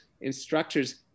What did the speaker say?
instructors